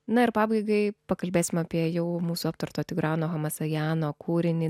na ir pabaigai pakalbėsim apie jau mūsų aptarto tigrano hamasajano kūrinį